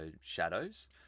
shadows